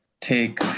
take